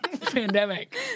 pandemic